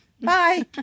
bye